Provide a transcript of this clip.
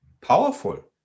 powerful